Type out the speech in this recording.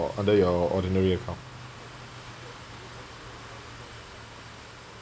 under your ordinary account